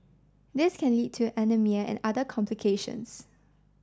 this can lead to anaemia and other complications